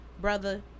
brother